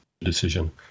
decision